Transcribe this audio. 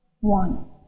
One